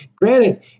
Granted